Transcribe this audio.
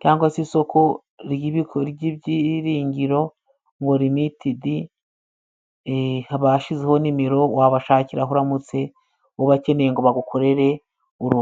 cyangwa se isoko ry'ibyiringiro ngo rimitidi haba hashyizeho nimero wabashakiraho uramutse ubakeneye ngo bagukorere urugi.